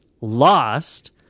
lost